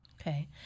Okay